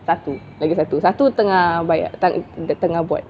satu lagi satu satu tengah buat